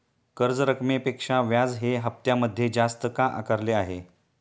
कर्ज रकमेपेक्षा व्याज हे हप्त्यामध्ये जास्त का आकारले आहे?